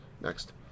Next